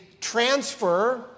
transfer